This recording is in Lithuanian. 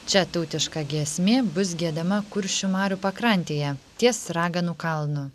čia tautiška giesmė bus giedama kuršių marių pakrantėje ties raganų kalnu